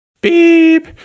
beep